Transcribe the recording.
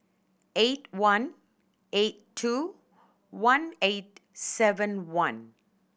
eight one eight two one eight seven one